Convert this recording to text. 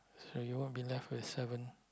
so you won't be left with seven